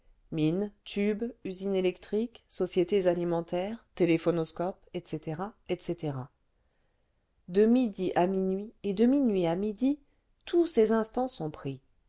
tubes usines électriques sociétés alimentaires téléphonoscopes etc etc de midi à minuit et de minuit à midi tous ses instants sont pris